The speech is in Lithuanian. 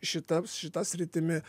šita šita sritimi